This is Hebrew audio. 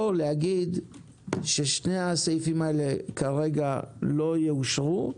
או להגיד ששני הסעיפים האלה כרגע לא יאושרו,